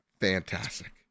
fantastic